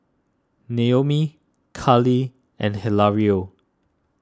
Naomi Carlee and Hilario